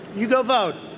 you don't vote.